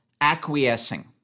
acquiescing